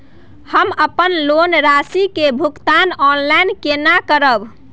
हम अपन लोन राशि के भुगतान ऑनलाइन केने करब?